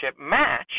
match